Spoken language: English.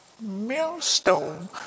millstone